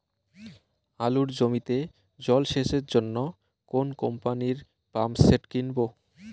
আলুর জমিতে জল সেচের জন্য কোন কোম্পানির পাম্পসেট কিনব?